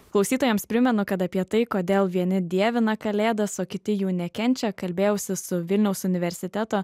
klausytojams primenu kad apie tai kodėl vieni dievina kalėdas o kiti jų nekenčia kalbėjausi su vilniaus universiteto